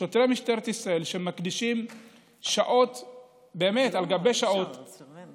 שמקדישים באמת שעות